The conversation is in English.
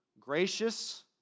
gracious